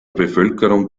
bevölkerung